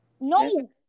no